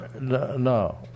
No